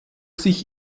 sich